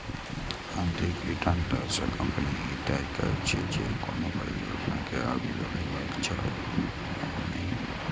आंतरिक रिटर्न दर सं कंपनी ई तय करै छै, जे कोनो परियोजना के आगू बढ़ेबाक छै या नहि